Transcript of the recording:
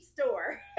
store